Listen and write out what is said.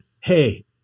hey